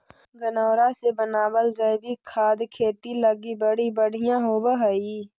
गनऔरा से बनाबल जैविक खाद खेती लागी बड़ी बढ़ियाँ होब हई